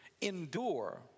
endure